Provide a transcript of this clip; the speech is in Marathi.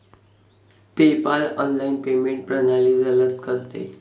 पेपाल ऑनलाइन पेमेंट प्रणाली जलद करते